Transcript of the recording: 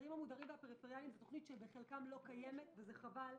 המודרים והפריפריאליים זו תוכנית שבחלקה לא קיימת וחבל.